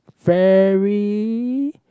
very